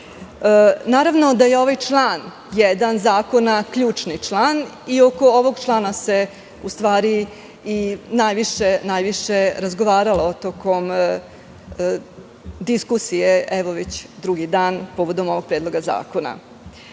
naravno da je ovaj član 1. zakona ključni član i oko ovog člana se najviše razgovaralo tokom diskusije evo već drugi dan povodom ovog predloga zakona. Htela